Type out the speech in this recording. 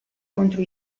contro